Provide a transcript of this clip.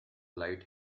light